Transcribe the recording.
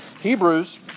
Hebrews